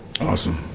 Awesome